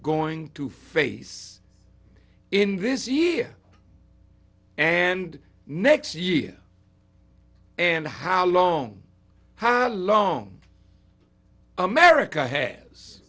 going to face in this year and next year and how long how long america has